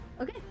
Okay